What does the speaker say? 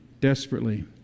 desperately